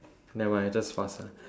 nevermind just pass ah